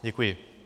Děkuji.